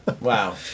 Wow